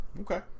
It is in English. Okay